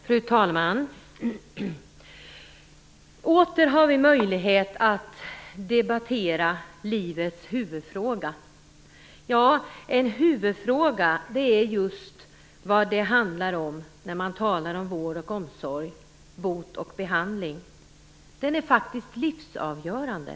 Fru talman! Åter har vi möjlighet att debattera livets huvudfråga. Ja, en huvudfråga, det är just vad vård och omsorg, bot och behandling är. Den är faktiskt livsavgörande.